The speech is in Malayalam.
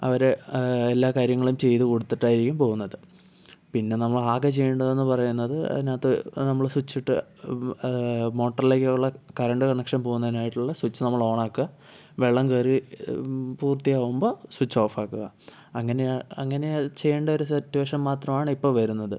അവര് എല്ലാ കാര്യങ്ങളും ചെയ്ത് കൊടുത്തിട്ടായിരിക്കും പോകുന്നത് പിന്നേ നമ്മൾ ആകെ ചെയ്യേണ്ടതെന്ന് പറയുന്നത് അതിനകത്ത് നമ്മള് സ്വിച്ച് ഇട്ട് മോട്ടോറിലേക്കുള്ള കറണ്ട് കണക്ഷൻ പോകുന്നതിനായിട്ടുള്ള സ്വിച്ച് നമ്മൾ ഓൺ ആക്കുക വെള്ളം കയറി പൂർത്തി ആകുമ്പോൾ സ്വിച്ച് ഓഫ് ആക്കുക അങ്ങനെ ആണ് അങ്ങനെ ചെയ്യേണ്ട ഒരു സിറ്റുവേഷൻ മാത്രമാണ് ഇപ്പം വരുന്നത്